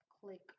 click